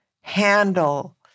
handle